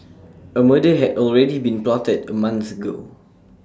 A murder had already been plotted A month ago